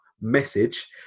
message